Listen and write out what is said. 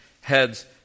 heads